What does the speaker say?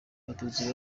abatutsi